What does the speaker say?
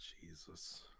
jesus